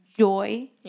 Joy